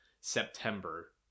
September